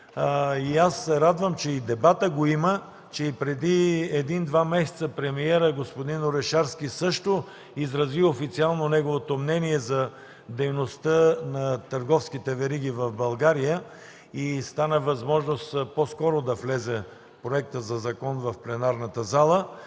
Аз се радвам, че дебатът го има, че преди един-два месеца премиерът господин Орешарски също изрази официално мнението си за дейността на търговските вериги в България и стана възможно по-скоро да влезе законопроекта в пленарната зала.